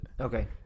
Okay